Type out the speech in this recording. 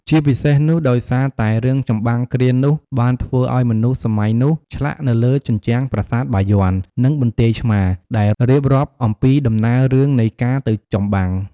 ជាពិសេសនោះ ដោយសារតែរឿងចម្បាំងគ្រានោះបានធ្វើឲ្យមនុស្សសម័យនោះ ឆ្លាក់នៅលើជញ្ជាំងប្រាសាទបាយ័ន និងបន្ទាយឆ្មារដែលរៀបរាប់អំពីដំណើររឿងនៃការទៅចម្បាំង ។